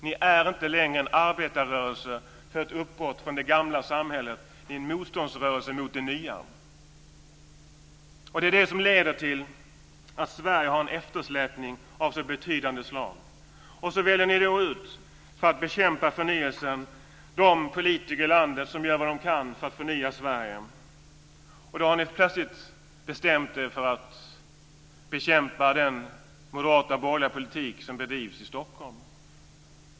Ni är inte längre en arbetarrörelse för ett uppbrott från det gamla samhället. Ni är en motståndsrörelse mot det nya. Det är vad som leder till att Sverige har en eftersläpning av betydande slag. För att bekämpa förnyelsen väljer ni ut de politiker i landet som gör vad de kan för att förnya Sverige. Ni har plötsligt bestämt er för att bekämpa den moderata borgerliga politik som bedrivs i Stockholm.